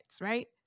right